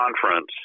conference